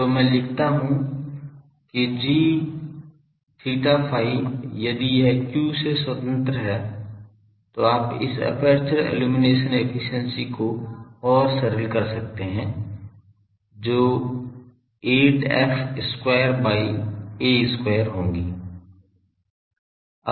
तो मैं लिखता हूं कि gθϕ यदि यह q से स्वतंत्र है तो आप इस एपर्चर इल्लुमिनेशन एफिशिएंसी को और सरल कर सकते हैं जो 8f square by a square होगी